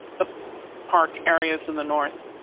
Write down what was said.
park areas in the north.